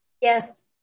Yes